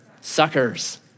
Suckers